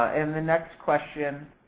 ah and the next question